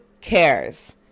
cares